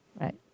Right